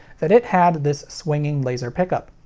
that it had this swinging laser pickup.